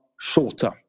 shorter